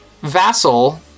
vassal